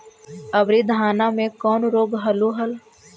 अबरि धाना मे कौन रोग हलो हल?